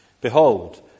Behold